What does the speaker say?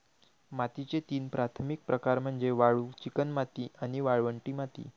मातीचे तीन प्राथमिक प्रकार म्हणजे वाळू, चिकणमाती आणि वाळवंटी माती